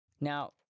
Now